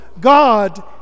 God